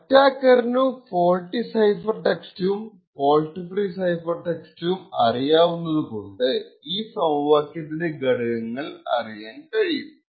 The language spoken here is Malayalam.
അറ്റാക്കറിനു ഫോൾട്ടി സൈഫർ ടെക്സ്റ്റും ഫോൾട്ട് ഫ്രീ സൈഫർ ടെക്സ്റ്റും അറിയാവുന്നതു കൊണ്ട് ഈ സമവാക്യത്തിന്റെ ഘടകങ്ങൾ അറിയാൻ കഴിയും